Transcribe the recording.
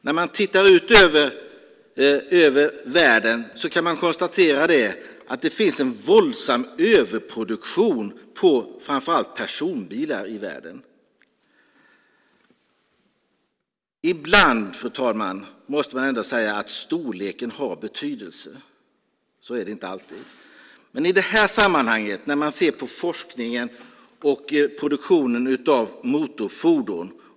När man tittar ut över världen kan man konstatera att det finns en våldsam överproduktion av framför allt personbilar i världen. Fru talman! Ibland måste man ändå säga att storleken har betydelse. Så är det inte alltid. Men i detta sammanhang har den betydelse när man ser på forskningen och på produktionen av motorfordon.